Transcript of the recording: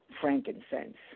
frankincense